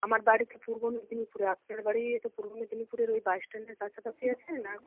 আমার বাড়ি তো পূর্ব মেদিনীপুরে আপনার বাড়ি তো পূর্ব মেদিনীপুরের ওই বাস স্ট্যান্ডের কাছাকাছি আছে না